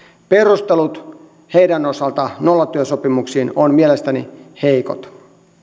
perustelut heidän osaltaan nollatyösopimuksiin ovat mielestäni heikot